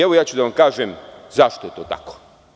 Evo, ja ću da vam kažem zašto je to tako.